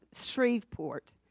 Shreveport